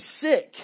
sick